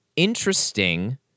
interesting